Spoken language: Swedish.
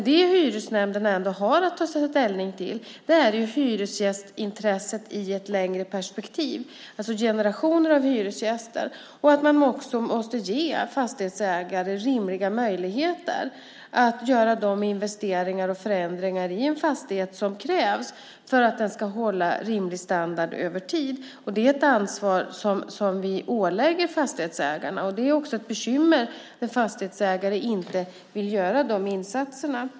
Det hyresnämnderna ändå har att ta ställning till är hyresgästintresset i ett längre perspektiv, alltså generationer av hyresgäster, och man måste också ge fastighetsägare rimliga möjligheter att göra de investeringar och förändringar i en fastighet som krävs för att den ska hålla rimlig standard över tid. Det är ett ansvar som vi ålägger fastighetsägarna. Det är också ett bekymmer när fastighetsägare inte vill göra de insatserna.